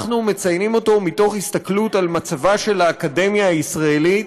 אנחנו מציינים אותו מתוך הסתכלות על מצבה של האקדמיה הישראלית,